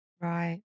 Right